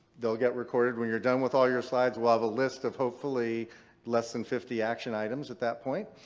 they'll get recorded. when you're done with all your slides we'll have a list of hopefully less than fifty action items at that point,